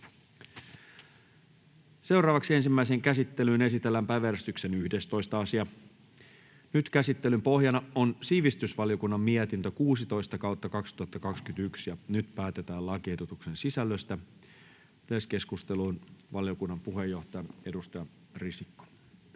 Content: Ensimmäiseen käsittelyyn esitellään päiväjärjestyksen 11. asia. Käsittelyn pohjana on sivistysvaliokunnan mietintö SiVM 16/2021 vp. Nyt päätetään lakiehdotuksen sisällöstä. — Yleiskeskusteluun, valiokunnan puheenjohtaja, edustaja Risikko.